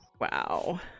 wow